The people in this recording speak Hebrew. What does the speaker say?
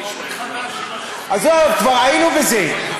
עזוב, כבר היינו בזה.